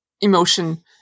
emotion